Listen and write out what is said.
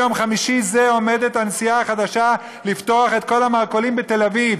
ביום חמישי זה עומדת הנשיאה החדשה לפתוח את כל המרכולים בתל אביב.